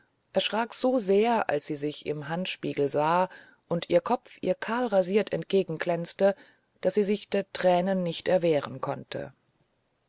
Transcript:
erschrak so sehr als sie sich im handspiegel sah und ihr kopf ihr kahlrasiert entgegenglänzte daß sie sich der tränen nicht erwehren konnte